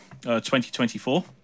2024